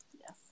Yes